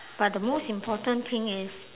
but the most important thing is